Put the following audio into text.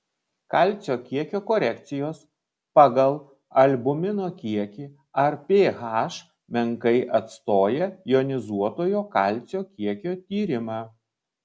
kalcio kiekio korekcijos pagal albumino kiekį ar ph menkai atstoja jonizuotojo kalcio kiekio tyrimą